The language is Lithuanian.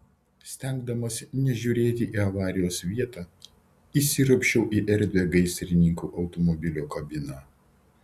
stengdamasi nežiūrėti į avarijos vietą įsiropščiau į erdvią gaisrininkų automobilio kabiną